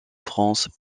france